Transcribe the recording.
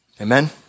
Amen